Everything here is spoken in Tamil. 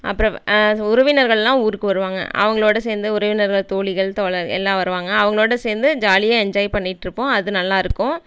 அப்புறம் உறவினர்கள்லாம் ஊருக்கு வருவாங்க அவங்களோட சேர்ந்து உறவினர்கள் தோழிகள் தோழர் எல்லாம் வருவாங்க அவங்களோட சேர்ந்து ஜாலியாக என்ஜாய் பண்ணிட்டுருப்போம் அது நல்லா இருக்கும்